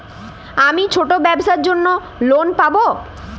আমি ছোট ব্যবসার জন্য লোন পাব?